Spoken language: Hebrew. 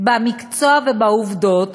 במקצוע ובעובדות